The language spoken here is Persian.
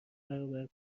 برابر